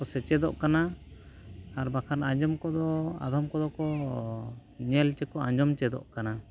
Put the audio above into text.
ᱥᱮᱪᱮᱫᱚᱜ ᱠᱟᱱᱟ ᱟᱨ ᱵᱟᱠᱷᱟᱱ ᱟᱫᱷᱚᱢ ᱠᱚᱫᱚ ᱟᱫᱷᱚᱢ ᱠᱚᱫᱚ ᱠᱚ ᱧᱮᱞ ᱪᱮᱠᱚ ᱟᱸᱡᱚᱢ ᱪᱮᱫᱚᱜ ᱠᱟᱱᱟ